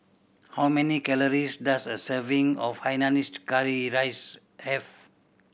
how many calories does a serving of hainanese curry rice have